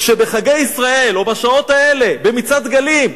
כשבחגי ישראל, או בשעות האלה, במצעד דגלים,